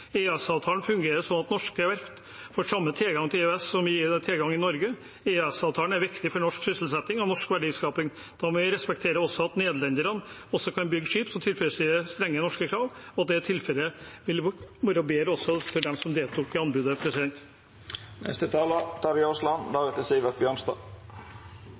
fungerer sånn at norske verft får samme tilgang til EØS som vi gir i Norge. EØS-avtalen er viktig for norsk sysselsetting og norsk verdiskaping. Da må vi respektere at nederlenderne også kan bygge skip som tilfredsstiller strenge norske krav, og at det tilfellet ville vært bedre også for dem som deltok i anbudet.